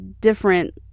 different